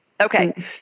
Okay